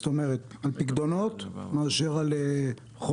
זאת אומרת על פיקדונות מאשר על חובות?